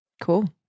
Cool